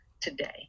today